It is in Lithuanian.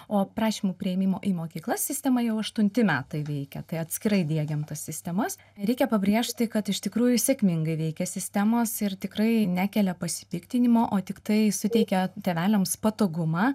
o prašymų priėmimo į mokyklas sistema jau aštunti metai veikia tai atskirai diegiam sistemas reikia pabrėžti kad iš tikrųjų sėkmingai veikia sistemos ir tikrai nekelia pasipiktinimo o tiktai suteikia tėveliams patogumą